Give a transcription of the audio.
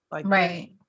Right